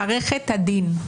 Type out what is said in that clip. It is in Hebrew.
במערכת הדין.